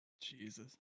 Jesus